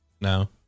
No